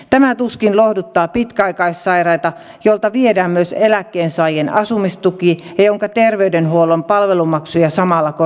tämä tuskin lohduttaa pitkäaikaissairaita joilta viedään myös eläkkeensaajien asumistuki ja joiden terveydenhuollon palvelumaksuja samalla korotetaan